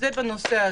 זה בנושא הזה.